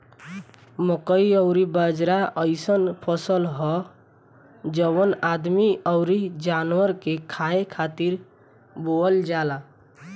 मकई अउरी बाजरा अइसन फसल हअ जवन आदमी अउरी जानवर के खाए खातिर बोअल जाला